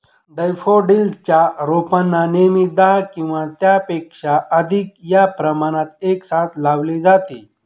daffodils च्या रोपांना नेहमी दहा किंवा त्यापेक्षा अधिक या प्रमाणात एकसाथ लावले जाते